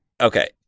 Okay